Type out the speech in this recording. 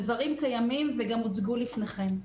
הדברים קיימים וגם הוצגו לפניכם.